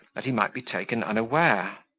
that he might be taken unaware.